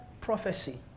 prophecy